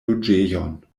loĝejon